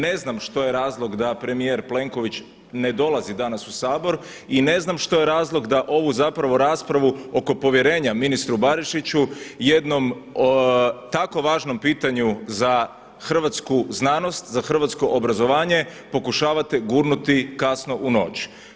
Ne znam što je razlog da premijer Plenković ne dolazi danas u Sabor i ne znam što je razlog da ovu zapravo raspravu oko povjerenja ministru Barišiću o jednom tako važnom pitanju za hrvatsku znanost, za hrvatsko obrazovanje pokušavate gurnuti kasno u noć.